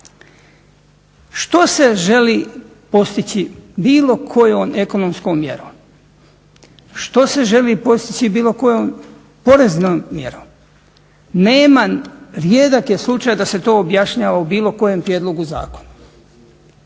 Što se želi postići bilo kojom ekonomskom mjerom? Što se želi postići bilo kojom poreznom mjerom? Nema rijedak je slučaj da se to objašnjava u bilo kojem prijedlogu zakona.